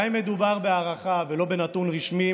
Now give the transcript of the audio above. גם אם מדובר בהערכה ולא בנתון רשמי,